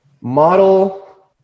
Model